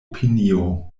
opinio